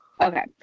Okay